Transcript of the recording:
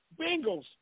Bengals